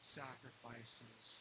sacrifices